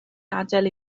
adael